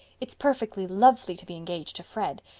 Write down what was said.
it's perfectly lovely to be engaged to fred.